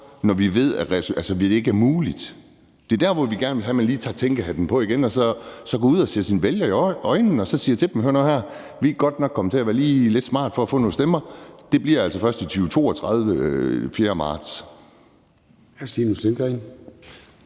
når vi ved, at det ikke er muligt. Det er der, hvor vi gerne vil have, man lige tager tænkehatten på igen og så går ud og ser sine vælgere i øjnene og siger til dem: Hør nu her. Vi er godt nok kommet til at være lige lidt for smarte for at få nogle stemmer. Det bliver altså først i 2032, den 4. marts.